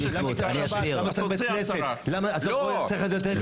אני אסביר לך.